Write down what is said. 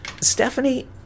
Stephanie